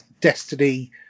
Destiny